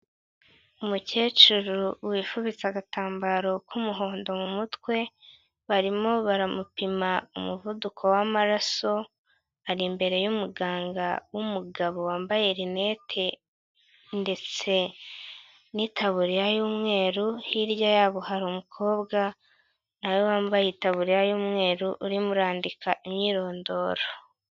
Umukecuru wifubitse agatambaro k'umuhondo mu mutwe, barimo baramupima umuvuduko w'amaraso, ari imbere y'umuganga w'umugabo wambaye linete ndetse n'itaburiya y'umweru, hirya yabo hariru umukobwa nawe wambaye itaburiya y'umweru uririmo urandika imyirondoro.